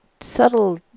subtle